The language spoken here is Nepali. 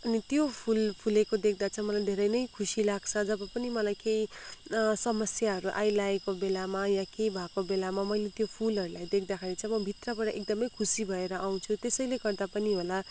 अनि त्यो फुल फुलेको देख्दा चाहिँ मलाई धेरै नै खुसी लाग्छ जब पनि मलाई केही समस्याहरू आइलागेको बेलामा या के भएको बेलामा मैले त्यो फुलहरूलाई देख्दाखेरि चाहिँ म भित्रबाट एकदमै खुसी भएर आउँछु त्यसैले गर्दा पनि होला